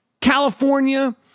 California